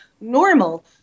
normal